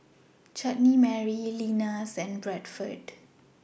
Chutney Mary Lenas and Bradford